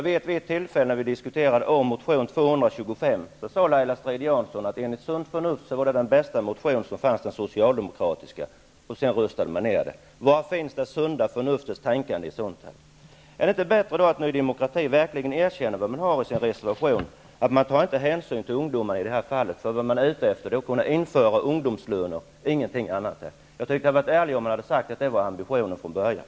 Vid ett tillfälle då vi diskuterade vår motion A225 sade Laila Strid-Jansson att enligt sunt förnuft var denna socialdemokratiska motion den bästa, och sedan röstade man ner den. Var finns det sunda förnuftet i ett sådant fall? Är det inte bättre att Ny demokrati verkligen erkänner vad deras reservation innebär? Man tar inte hänsyn till ungdomar i det här fallet. Man är ute efter att kunna införa ungdomslöner, ingenting annat. Det hade varit ärligare om de hade sagt att det var deras ambition från början.